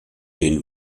den